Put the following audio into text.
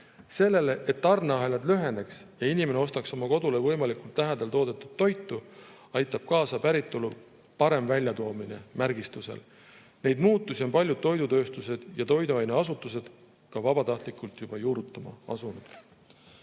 Sellele, et tarneahelad lüheneks ja inimene ostaks oma kodule võimalikult lähedal toodetud toitu, aitab kaasa päritolu parem väljatoomine märgistusel. Neid muutusi on paljud toidutööstused ja toiduaineasutused ka vabatahtlikult juba juurutama asunud.